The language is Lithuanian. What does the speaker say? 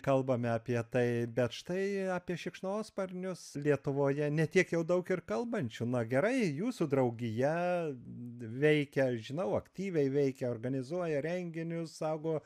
kalbame apie tai bet štai apie šikšnosparnius lietuvoje ne tiek jau daug ir kalbančių na gerai jūsų draugija veikia žinau aktyviai veikia organizuoja renginius saugo